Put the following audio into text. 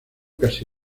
casi